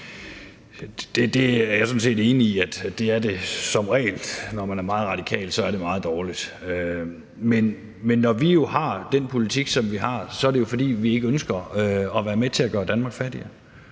Det er jeg sådan set enig i at det som regel er, når man er meget radikal, for så er det meget dårligt. Men når vi jo har den politik, som vi har, er det, fordi vi ikke ønsker at være med til at gøre Danmark fattigere.